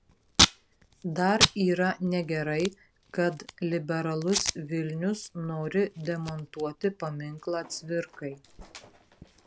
dar yra negerai kad liberalus vilnius nori demontuoti paminklą cvirkai